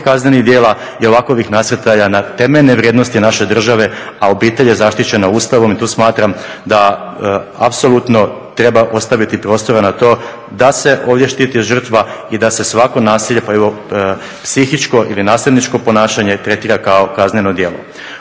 kaznenih djela i ovakovih nasrtaja na temeljne vrijednosti naše države, a obitelj je zaštićena Ustavom. I tu smatram da apsolutno treba ostaviti prostora na to da se ovdje štiti žrtva i da se svako nasilje, pa i psihičko ili nasilničko ponašanje tretira kao kazneno djelo.